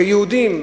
כיהודים,